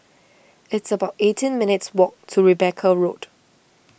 it's about eighteen minutes' walk to Rebecca Road